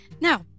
Now